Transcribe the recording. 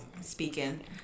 speaking